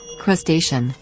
crustacean